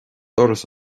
doras